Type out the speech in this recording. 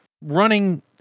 running